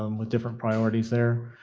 um with different priorities there.